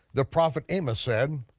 the prophet amos said,